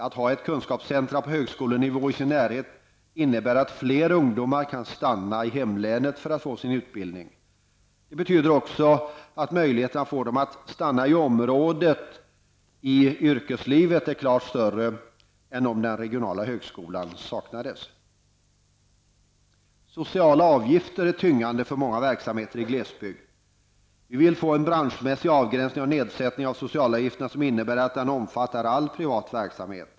Att ha ett kunskapscentrum på högskolenivå i sin närhet innebär att fler ungdomar kan stanna i hemlänet för att där få sin utbildning. Det betyder också att möjligheten att få dem att stanna i området när de går in i arbetslivet är klart större än om den regionala högskolan saknades. Sociala avgifter är tyngande för många verksamheter i glesbygd. Vi vill få en branschmässig avgränsning av nedsättningen av socialavgifterna som innebär att den omfattar all privat verksamhet.